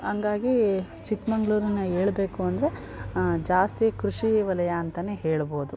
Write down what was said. ಹಂಗಾಗಿ ಚಿಕ್ಕಮಂಗ್ಳೂರಿನ ಹೇಳ್ಬೇಕು ಅಂದರೆ ಜಾಸ್ತಿ ಕೃಷಿವಲಯ ಅಂತಾನೇ ಹೇಳ್ಬೌದು